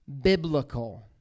biblical